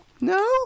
no